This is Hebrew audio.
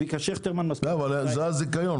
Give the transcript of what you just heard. זה הזיכיון.